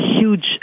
huge